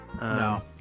No